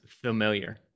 familiar